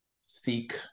seek